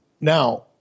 now